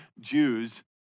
Jews